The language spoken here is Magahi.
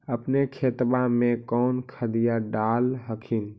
अपने खेतबा मे कौन खदिया डाल हखिन?